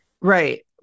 right